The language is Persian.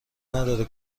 نداره